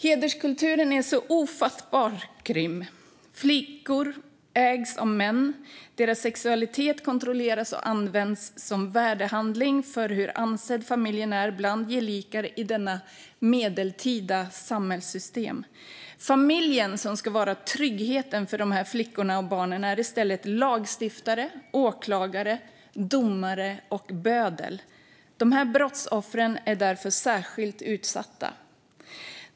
Hederskulturen är så ofattbart grym. Flickor ägs av män, och deras sexualitet kontrolleras och används som värdehandling för hur ansedd familjen är bland gelikar i detta medeltida samhällssystem. Familjen, som ska vara tryggheten för dessa flickor och barn, agerar lagstiftare, åklagare, domare och bödel. Dessa brottsoffer är därför särskilt utsatta.